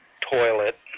toilet